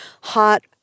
hot